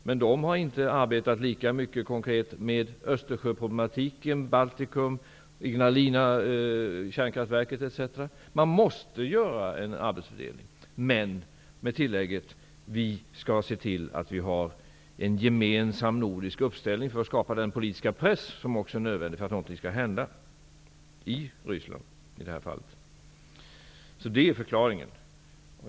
Men de har inte arbetat lika konkret med Österjöproblematiken, Vi måste göra en arbetsfördelning, men med det tillägget att vi skall se till att vi har en gemensam nordisk uppställning för att skapa den politiska press som också är nödvändig för att något skall hända, i detta fall i Ryssland. Det är förklaringen.